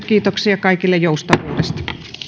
kiitoksia kaikille joustavuudesta